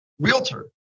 Realtor